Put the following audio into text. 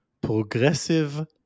progressive